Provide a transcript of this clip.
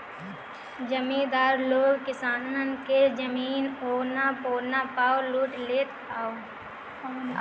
जमीदार लोग किसानन के जमीन औना पौना पअ लूट लेत हवन